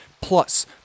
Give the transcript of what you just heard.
Plus